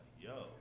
Yo